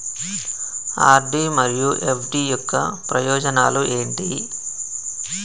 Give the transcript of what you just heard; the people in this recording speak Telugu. ఆర్.డి మరియు ఎఫ్.డి యొక్క ప్రయోజనాలు ఏంటి?